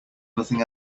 nothing